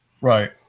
Right